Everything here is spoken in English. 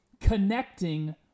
connecting